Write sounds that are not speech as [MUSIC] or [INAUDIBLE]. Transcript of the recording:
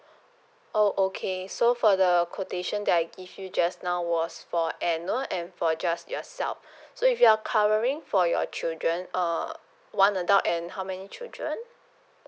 oh okay so for the quotation that I give you just now was for annual and for just yourself [BREATH] so if you're covering for your children uh one adult and how many children